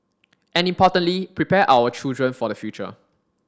and importantly prepare our children for the future